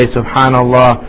SubhanAllah